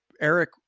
Eric